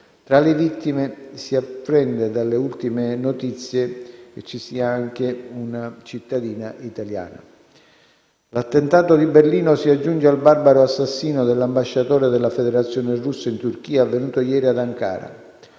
Tra le vittime si apprende, dalle ultime notizie, che ci sia anche una cittadina italiana. L'attentato di Berlino si aggiunge al barbaro assassinio dell'ambasciatore della Federazione Russa in Turchia, avvenuto ieri ad Ankara.